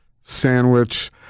sandwich